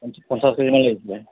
পঞ্চা পঞ্চাছ কেজিমান লাগিছিলে